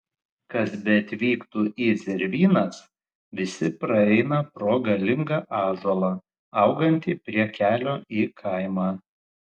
kas beatvyktų į zervynas visi praeina pro galingą ąžuolą augantį prie kelio į kaimą